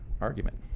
argument